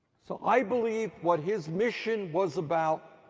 so i believe what his mission was about